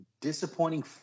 disappointing